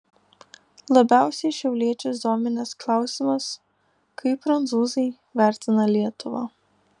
labiausiai šiauliečius dominęs klausimas kaip prancūzai vertina lietuvą